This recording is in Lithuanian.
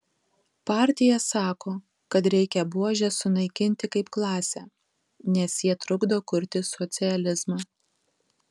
partija sako kad reikia buožes sunaikinti kaip klasę nes jie trukdo kurti socializmą